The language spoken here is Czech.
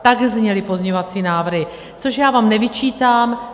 Tak zněly pozměňovací návrhy, což já vám nevyčítám.